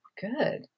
Good